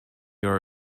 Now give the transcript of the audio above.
are